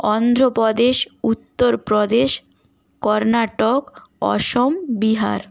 Andhra Pradesh Uttar Pradesh Karnataka Assam Bihar